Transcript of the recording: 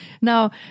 Now